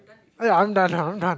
uh ya I'm done I'm done